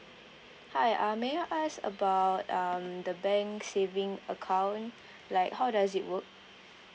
hi uh may I ask about um the bank saving account like how does it work